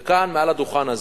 וכאן, מעל הדוכן הזה,